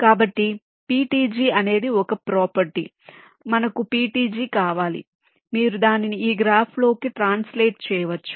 కాబట్టి PTG అనేది ఒక ప్రోపెర్టీ మనకు PTG కావాలి మీరు దానిని ఈ గ్రాఫ్లోకి ట్రాన్సలేట్ చేయవచ్చు